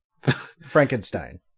Frankenstein